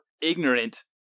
ignorant